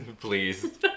please